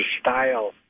style